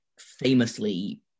famously